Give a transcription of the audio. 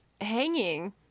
hanging